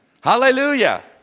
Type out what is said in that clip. Hallelujah